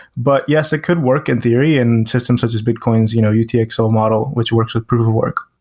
but, yes, it could work in theory and systems such as bitcoin's you know utxo model, which works with proof of work.